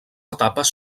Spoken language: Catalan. etapes